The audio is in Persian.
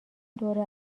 دوره